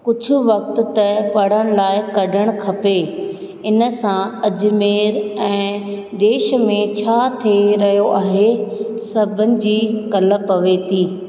कुझु वक़्त त पढ़ण लाइ कढ़णु खपे इन सां अजमेर ऐं देश में छा थी रहियो आहे सभिनि जी कल पवे थी